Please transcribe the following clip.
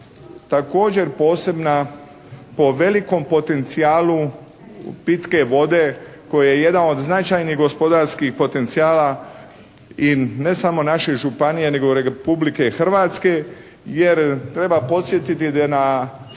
također posebna po velikom potencijalu pitke vode koja je jedan od značajnih gospodarskih potencijala i ne samo naše županije nego Republike Hrvatske. Jer treba podsjetiti da na